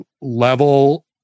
level